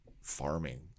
farming